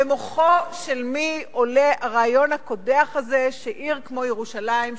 במוחו של מי עולה הרעיון הקודח הזה שעיר כמו ירושלים,